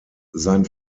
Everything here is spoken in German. sein